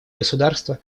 государства